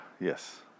Yes